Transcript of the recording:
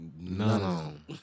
none